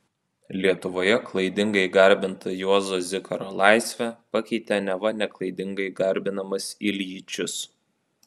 lietuvoje klaidingai garbintą juozo zikaro laisvę pakeitė neva neklaidingai garbinamas iljičius